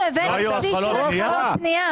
אנחנו הבאנו התחלות בנייה.